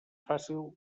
fàcil